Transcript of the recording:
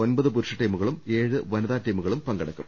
ഒമ്പത് പുരുഷ ടീമുകളും ഏഴ് വനിതാ ടീമുകളും പങ്കെടുക്കും